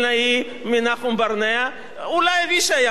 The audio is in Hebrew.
אולי אבישי היה מצטט, אולי, כי גם הוא קרא אותו.